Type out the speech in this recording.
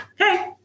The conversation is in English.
okay